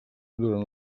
durant